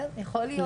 כן, יכול להיות,